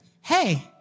hey